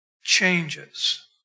changes